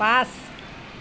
পাঁচ